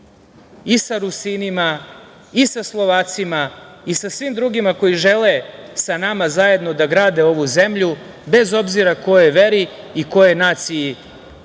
i sa Rusinima, i sa Slovacima, i sa svim drugim koji žele zajedno sa nama da grade ovu zemlju, bez obzira kojoj veri i kojoj naciji